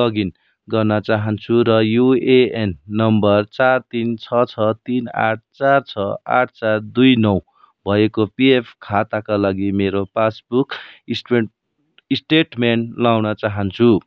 login गर्न चाहन्छु र युएएन नम्बर चार तिन छ छ तिन आठ चार छ आठ चार दुई नौ भएको पिएफ खाताका लागि मेरो पासबुक स्टेन्ट स्टेटमेन्ट लाउन चाहन्छु